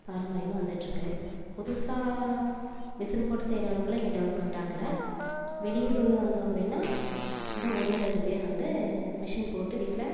பாரம்பரியமாக வந்துகிட்டுருக்கு புதுசாக மிஷின் போட்டு செய்கிறளவுக்குலாம் இங்கே டெவலப்மெண்ட் ஆகலை வெளியூர்லேருந்து வந்தவங்க வேணுணா ஏதோ ஒன்று ரெண்டு பேர் வந்து மிஷின் போட்டு வீட்டில